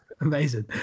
Amazing